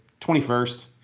21st